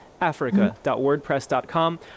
africa.wordpress.com